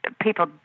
people